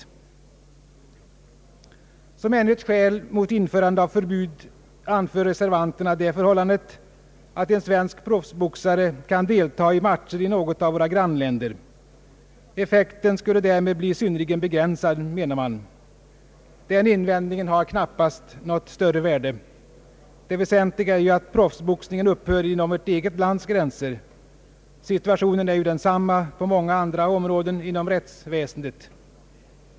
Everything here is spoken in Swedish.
Såsom ännu ett skäl mot införande av förbud anför reservanterna det förhållandet att en svensk proffsboxare kan deltaga i matcher i något av våra grannländer. Effekten av ett förbud skulle därmed bli synnerligen begränsad, menar man. Den invändningen har knappast något värde. Det väsentliga är ju att proffsboxningen upphör inom vårt eget lands gränser. Situationen är ju densamma på många andra områden inom rättsväsendet.